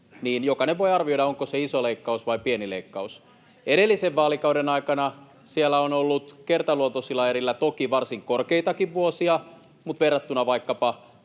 jokainen voi arvioida, onko se iso leikkaus vai pieni leikkaus. Edellisen vaalikauden aikana siellä on ollut kertaluontoisilla erillä toki varsin korkeitakin vuosia, mutta verrattuna vaikkapa